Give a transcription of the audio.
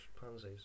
pansies